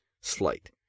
slight